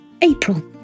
April